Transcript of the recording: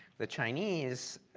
the chinese